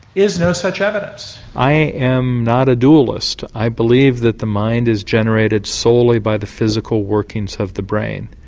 is no such evidence. i am not a dualist, i believe that the mind is generated solely by the physical workings of the brain.